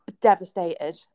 devastated